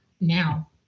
now